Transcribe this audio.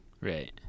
Right